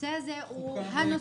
שהנושא הזה הוא ה-נושא,